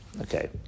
Okay